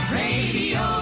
radio